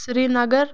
Srinagar